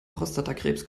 prostatakrebs